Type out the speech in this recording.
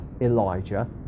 Elijah